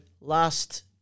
last